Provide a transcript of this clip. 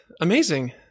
amazing